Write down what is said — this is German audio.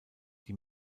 die